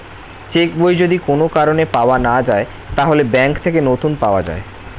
check বই যদি কোন কারণে পাওয়া না যায়, তাহলে ব্যাংক থেকে নতুন পাওয়া যায়